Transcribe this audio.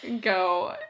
go